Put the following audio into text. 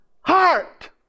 heart